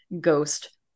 ghost